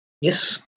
Yes